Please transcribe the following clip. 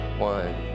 One